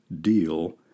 deal